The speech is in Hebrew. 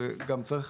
זה גם לשנות